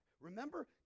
Remember